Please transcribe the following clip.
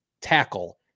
tackle